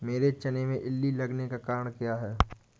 मेरे चने में इल्ली लगने का कारण क्या है?